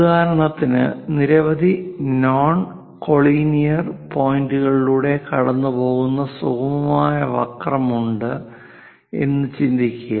ഉദാഹരണത്തിന് നിരവധി non collinear പോയിന്റുകളിലൂടെ കടന്നുപോകുന്ന സുഗമമായ വക്രം ഉണ്ട് എന്ന് ചിന്തിക്കുക